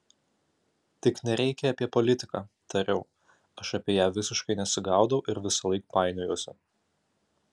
tik nereikia apie politiką tariau aš apie ją visiškai nesigaudau ir visąlaik painiojuosi